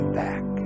back